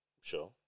sure